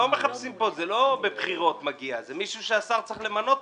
לא נראה שזה הולך לכיוון הזה,